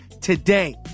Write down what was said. today